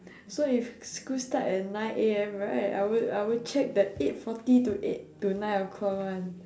so if school start at nine A_M right I would I would check the eight forty to eight to nine o'clock one